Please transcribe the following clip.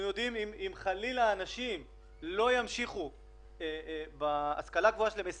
במילים